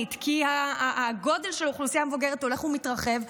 כי האוכלוסייה המבוגרת הולכת ומתרחבת.